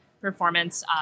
performance